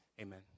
amen